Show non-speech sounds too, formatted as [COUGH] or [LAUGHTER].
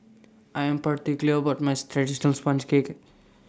I Am particular about My [NOISE] Traditional Sponge Cake